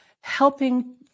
helping